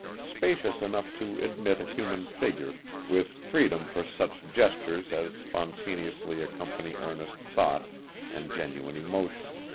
spacious enough to admit a human figure, with freedom for such gestures as spontaneously accompany earnest thought and genuine emotion.